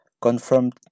Confirmed